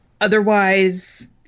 otherwise